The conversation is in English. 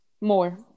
more